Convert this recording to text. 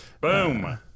Boom